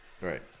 Right